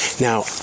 Now